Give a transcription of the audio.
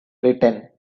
written